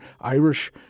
Irish